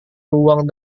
luang